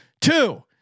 two